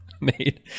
made